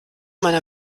meiner